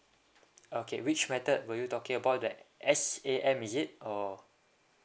okay which method were you talking about that S_A_M is it or